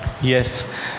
yes